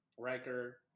Riker